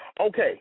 Okay